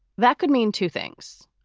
that could mean two things.